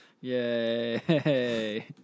yay